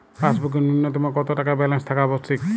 পাসবুকে ন্যুনতম কত টাকা ব্যালেন্স থাকা আবশ্যিক?